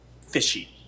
fishy